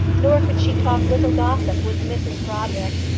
nor could she talk little gossip with mrs brodrick.